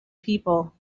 people